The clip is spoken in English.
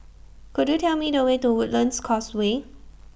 Could YOU Tell Me The Way to Woodlands Causeway